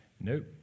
Nope